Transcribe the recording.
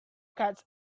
catch